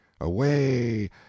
away